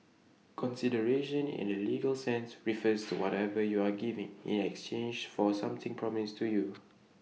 consideration in the legal sense refers to whatever you are giving in exchange for something promised to you